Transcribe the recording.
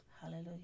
Hallelujah